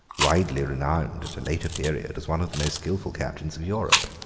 widely renowned, at a later period, as one of the most skilful captains of europe.